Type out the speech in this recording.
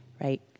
Right